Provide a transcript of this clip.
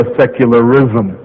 secularism